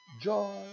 Joy